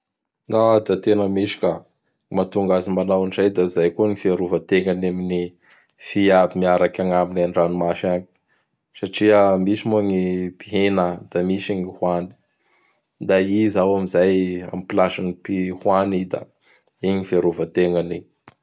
da tena misy ka! Gny mahatonga azy manao an'izay da izay avao koa ny firarovategnany amin'ny ny Fia aby miaraky agnaminy andranomasy agny, satria misy moa ny mpihina da misy ny ho hany. Da i izao amin'izay amin'ny plasin'ny mpi hoany i da igny fiarovategnany igny.